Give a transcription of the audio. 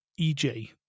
EJ